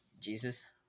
Jesus